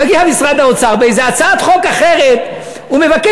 מגיע משרד האוצר באיזה הצעת חוק אחרת ומבקש